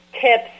tips